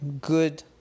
good